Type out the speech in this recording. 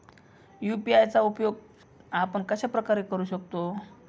UPI चा उपयोग आपण कशाप्रकारे करु शकतो?